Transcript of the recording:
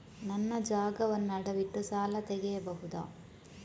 ನನ್ನ ಜಾಗವನ್ನು ಅಡವಿಟ್ಟು ಸಾಲ ತೆಗೆಯಬಹುದ?